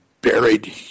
buried